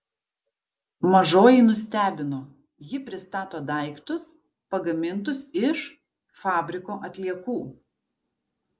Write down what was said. mažoji nustebino ji pristato daiktus pagamintus iš fabriko atliekų